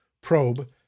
probe